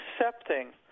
accepting